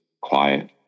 quiet